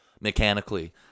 mechanically